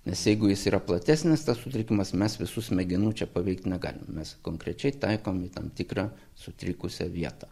nes jeigu jis yra platesnis tas sutrikimas mes visų smegenų čia paveikt negalim mes konkrečiai taikom tam tikrą sutrikusią vietą